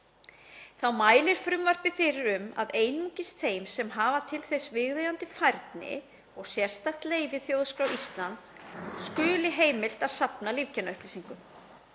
Þá mælir frumvarpið fyrir um að einungis þeim sem hafa til þess viðeigandi færni og sérstakt leyfi Þjóðskrár Íslands skuli heimilt að safna lífkennaupplýsingum.